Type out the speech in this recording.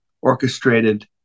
orchestrated